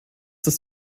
das